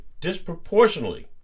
disproportionately